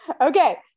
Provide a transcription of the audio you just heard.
Okay